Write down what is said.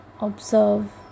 observe